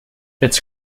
its